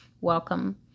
welcome